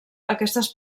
aquestes